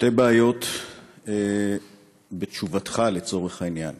הפרטי ולעיר צפת נחסמו בציר ההגעה להר,